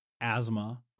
asthma